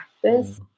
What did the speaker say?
practice